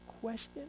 question